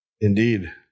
Indeed